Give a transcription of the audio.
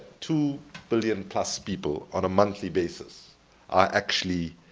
two billion plus people on a monthly basis are actually